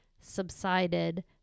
subsided